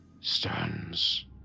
stands